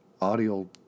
Audio